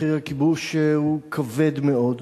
מחיר הכיבוש הוא כבד מאוד.